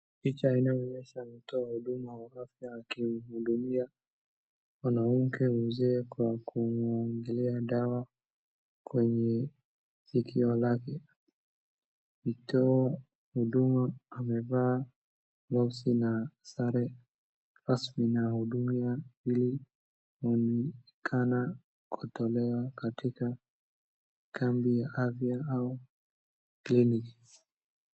Picha inayoonyesha mtu wa huduma wa afya akimhudumia mwanamke mzee kwa kumumwagilia dawa kwenye sikio lake, ikiwa mhudumu amevaa gloves na sare rasmi na ni huduma hii inaonekana kutolewa katika kambi ya afya au clinics .